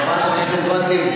תקרא אותי.